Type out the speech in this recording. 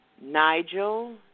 Nigel